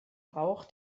rauch